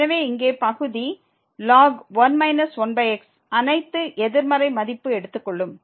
எனவே இங்கே பகுதி ln 1 1x அனைத்து எதிர்மறை மதிப்பையும் எடுத்து கொள்ளும்